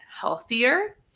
healthier